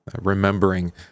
remembering